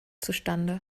zustande